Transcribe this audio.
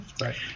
Right